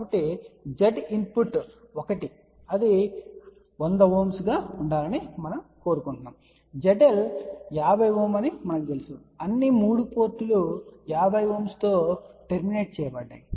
కాబట్టి Z input 1 అది 100 Ω గా ఉండాలని మనము కోరుకుంటున్నాము ZL 50 Ωఅని మాకు తెలుసు అన్ని 3 పోర్టులు 50 Ω తో టర్మినేట్ చేయబడతాయి